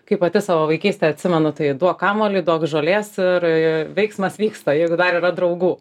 kaip pati savo vaikystę atsimenu tai duok kamuolį duok žolės ir veiksmas vyksta jeigu dar yra draugų